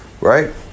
Right